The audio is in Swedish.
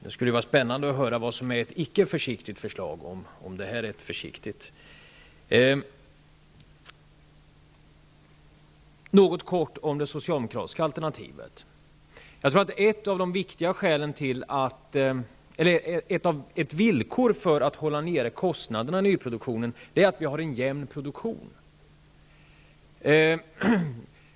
Det skulle vara spännande att höra vad som är ett icke försiktigt förslag om detta är ett försiktigt förslag. Jag vill säga något om det socialdemokratiska alternativet. Jag tror att ett villkor för att hålla nere kostnaderna i nyproduktionen är att vi har en jämn produktion.